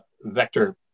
Vector